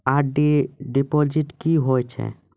RD deposit की होय छै?